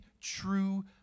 true